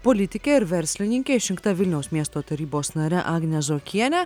politike ir verslininke išrinkta vilniaus miesto tarybos nare agne zuokiene